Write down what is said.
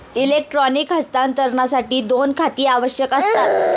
electronic हस्तांतरणासाठी दोन खाती आवश्यक असतात